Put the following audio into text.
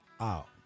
out